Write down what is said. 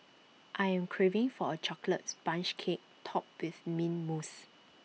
I am craving for A Chocolate Sponge Cake Topped with Mint Mousse